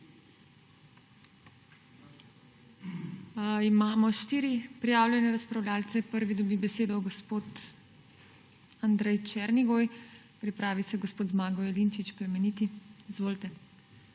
Imamo štiri prijavljene razpravljavce. Prvi dobi besedo gospod Andrej Černigoj, pripravi se gospod Zmago Jelinčič Plemeniti. Izvolite.